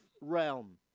realm